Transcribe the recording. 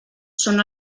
són